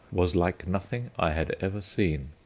was like nothing i had ever seen.